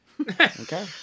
Okay